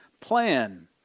plan